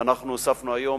ואנחנו הוספנו היום,